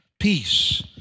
Peace